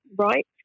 right